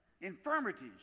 Infirmities